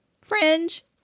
Fringe